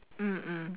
mm mm